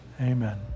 amen